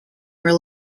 were